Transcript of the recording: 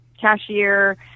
cashier